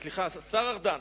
סליחה, השר ארדן,